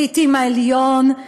לעתים העליון,